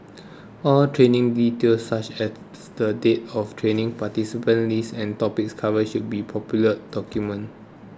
all training details such as the date of training participant list and topics covered should be properly documented